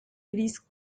hélice